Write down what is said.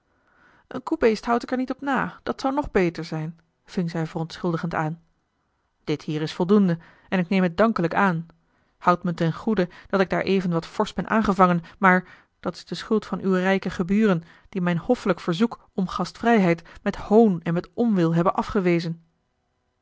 een koebeest houd ik er niet op na dat zou nog beter zijn ving zij verontschuldigend aan dit hier is voldoende en ik neem het dankelijk aan houd me ten goede dat ik daareven wat forsch ben aangevangen maar dat is de schuld van uwe rijke geburen die mijn hoffelijk verzoek om gastvrijheid met hoon en met onwil hebben afgewezen